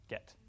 Get